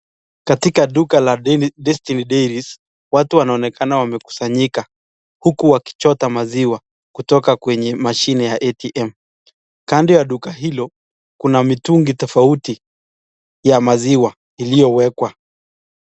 Katika duka la Destiny Dairies, watu wanaonekana wamekusanyika uku wakichota maziwa kutoka kwenye mashini ya ATM. Kando ya duka hilo kuna mitungi tofauti ya maziwa iliowekwa.